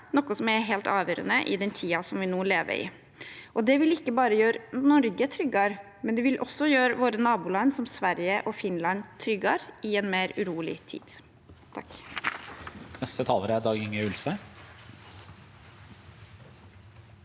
noe som er helt avgjørende i den tiden vi nå lever i. Det vil ikke bare gjøre Norge tryggere, det vil også gjøre våre naboland Sverige og Finland tryggere i en mer urolig tid.